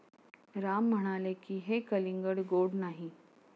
राम म्हणाले की, हे कलिंगड गोड नाही